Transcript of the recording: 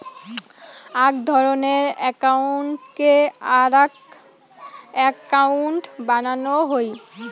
আক ধরণের একউন্টকে আরাক একউন্ট বানানো হই